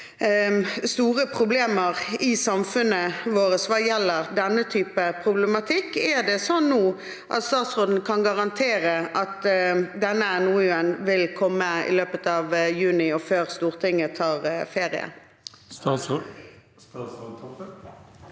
store problemer i samfunnet vårt hva gjelder denne typen problematikk. Kan statsråden nå garantere at denne NOU-en vil komme i løpet av juni, og før Stortinget tar møtefri? Statsråd